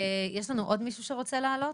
יש לנו עוד מישהו שרוצה לעלות?